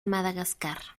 madagascar